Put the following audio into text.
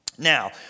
Now